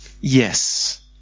Yes